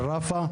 עין רפא?